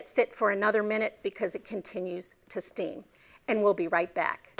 it sit for another minute because it continues to steam and we'll be right back